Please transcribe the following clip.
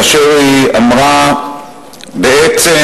כאשר היא אמרה בעצם,